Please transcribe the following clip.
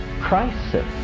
crisis